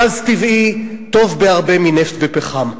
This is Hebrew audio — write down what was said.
גז טבעי טוב בהרבה מנפט ופחם,